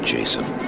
Jason